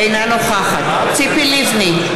אינה נוכחת ציפי לבני,